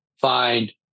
find